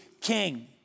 king